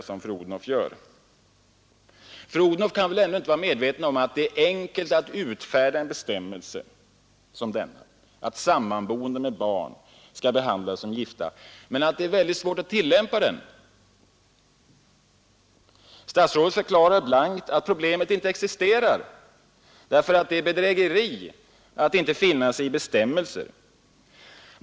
Fru Odhnoff kan inte vara omedveten om att det är enkelt att utfärda en bestämmelse som denna, att sammanboende med barn skall behandlas som gifta, men att det är svårt att tillämpa den. Statsrådet förklarar blankt att problemet inte existerar, därför att det är bedrägeri att inte finna sig i gällande bestämmelser.